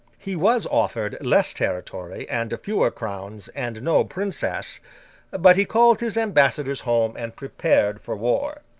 he was offered less territory and fewer crowns, and no princess but he called his ambassadors home and prepared for war.